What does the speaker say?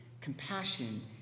compassion